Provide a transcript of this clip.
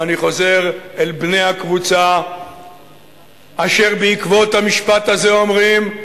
ואני חוזר אל בני הקבוצה אשר בעקבות המשפט הזה אומרים: